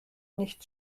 nicht